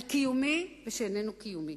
על קיומי ושאיננו קיומי,